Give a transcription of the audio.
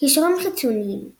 קישורים חיצוניים